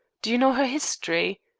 do you know her history?